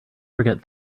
forget